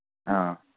ꯑꯥ